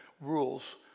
rules